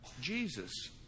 Jesus